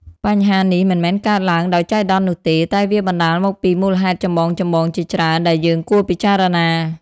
បញ្ហានេះមិនមែនកើតឡើងដោយចៃដន្យនោះទេ តែវាបណ្តាលមកពីមូលហេតុចម្បងៗជាច្រើនដែលយើងគួរពិចារណា។